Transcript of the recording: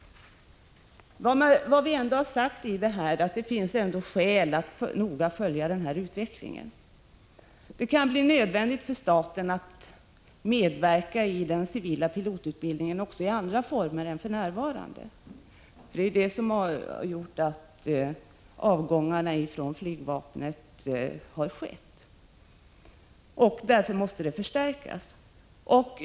Vi har dock sagt att det ändå finns skäl att noga följa utvecklingen. Det kan bli nödvändigt för staten att medverka i den civila pilotutbildningen också i andra former än vad som för närvarande är fallet. Det är ju på grund av de nuvarande förhållandena som avgångarna i flygvapnet har skett. Därför måste utbildningen förstärkas.